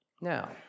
Now